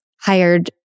hired